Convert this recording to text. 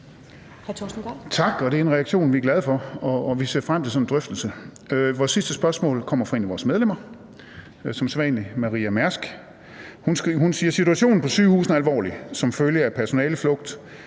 Tak. Det er en reaktion, vi er glade for, og vi ser frem til sådan en drøftelse. Vores sidste spørgsmål kommer som sædvanlig fra et af vores medlemmer, nemlig Maria Mærsk, og hun siger: Situationen på sygehusene er alvorlig som følge af personaleflugt